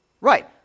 Right